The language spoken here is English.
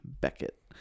Beckett